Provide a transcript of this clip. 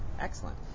Excellent